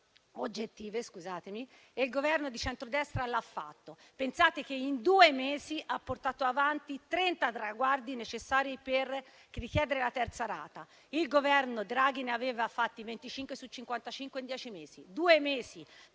oggettive e il Governo di centrodestra l'ha fatto. Pensate che in due mesi ha portato avanti 30 traguardi necessari per richiedere la terza rata. Il Governo Draghi ne aveva realizzati 25 su 55, in dieci mesi. In due mesi,